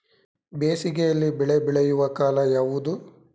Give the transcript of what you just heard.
ಬೇಸಿಗೆ ಯಲ್ಲಿ ಬೆಳೆ ಬೆಳೆಯುವ ಕಾಲ ಯಾವುದು?